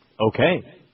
Okay